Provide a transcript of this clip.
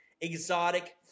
exotic